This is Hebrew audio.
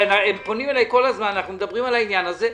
פונים אליי כל הזמן, אנחנו מדברים על העניין הזה.